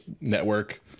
network